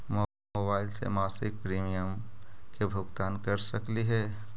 Mobile से मासिक premium के भुगतान कर सकली हे?